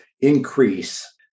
increase